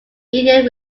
indian